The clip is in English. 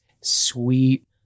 sweet